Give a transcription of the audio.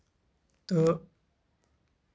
تہٕ